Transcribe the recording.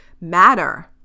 matter